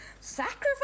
sacrifice